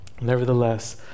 Nevertheless